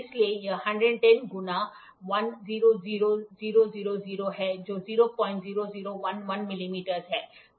इसलिए यह 110 गुणा 100000 है जो 00011 मिलीमीटर है